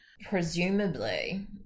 Presumably